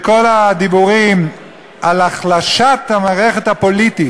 כל הדיבורים על החלשת המערכת הפוליטית